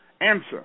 answer